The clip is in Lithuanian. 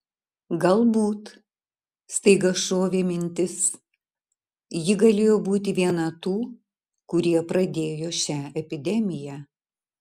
galbūt staiga šovė mintis ji galėjo būti viena tų kurie pradėjo šią epidemiją